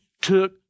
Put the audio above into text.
took